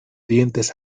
dientes